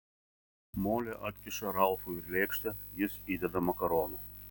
molė atkiša ralfui lėkštę jis įdeda makaronų